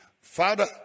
Father